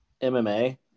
MMA